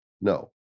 no